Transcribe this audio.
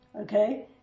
Okay